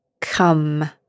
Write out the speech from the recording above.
Come